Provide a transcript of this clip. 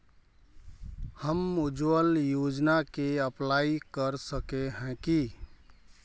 हम उज्वल योजना के अप्लाई कर सके है की?